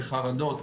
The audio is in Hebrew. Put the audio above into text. בחרדות,